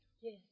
Yes